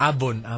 Abon